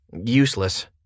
useless